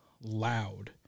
loud